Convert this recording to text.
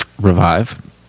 revive